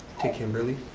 to kimberley,